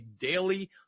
daily